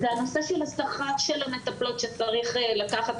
הנושא של השכר של המטפלות שצריך לקחת